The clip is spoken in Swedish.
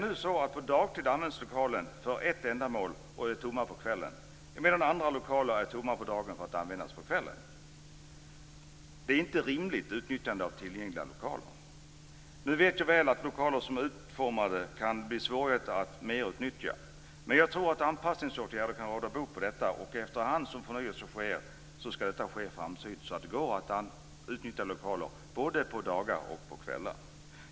Nu används lokaler för ett ändamål dagtid, och på kvällen är de tomma. Andra lokaler är tomma på dagen för att användas på kvällen. Det är inte ett rimligt utnyttjande av tillgängliga lokaler. Nu vet jag väl att det kan vara svårt att merutnyttja lokaler, så som de nu är utformade. Men jag tror att anpassningsåtgärder kan råda bot på detta. Efterhand som förnyelse sker ska anpassningsåtgärder ske framsynt, så att det går att utnyttja lokaler både på dagar och på kvällar.